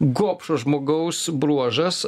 gobšo žmogaus bruožas